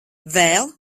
vēl